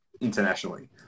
internationally